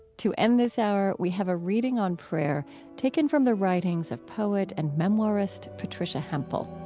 to end this hour, we have a reading on prayer taken from the writings of poet and memoirist patricia hampl